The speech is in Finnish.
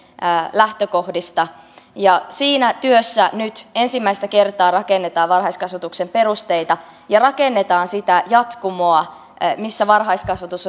lähtökohdista ja siinä työssä nyt ensimmäistä kertaa rakennetaan varhaiskasvatuksen perusteita ja sitä jatkumoa missä varhaiskasvatus